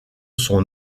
son